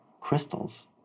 crystals